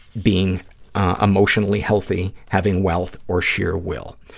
being emotionally healthy, having wealth or sheer will.